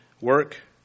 work